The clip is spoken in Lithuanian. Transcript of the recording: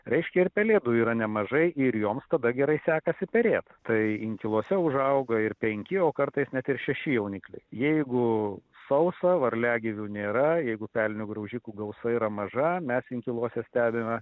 reiškia ir pelėdų yra nemažai ir joms tada gerai sekasi perėt tai inkiluose užauga ir penki o kartais net ir šeši jaunikliai jeigu sausa varliagyvių nėra jeigu pelinių graužikų gausa yra maža mes inkiluose stebime